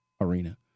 arena